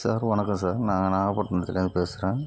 sir வணக்கம் sir நான் நாகப்பட்னத்துலேயிருந்து பேசுகிறேன்